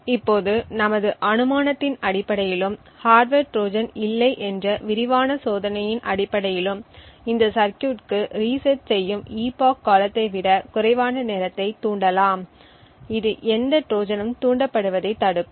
இப்போது நமது அனுமானத்தின் அடிப்படையிலும் ஹார்ட்வர் ட்ரோஜன் இல்லை என்ற விரிவான சோதனையின் அடிப்படையிலும் இந்த சர்கியூட்க்கு ரீசெட் செய்யும் epoch காலத்தை விட குறைவான நேரத்தைத் தூண்டலாம் இது எந்த ட்ரோஜனும் தூண்டப்படுவதைத் தடுக்கும்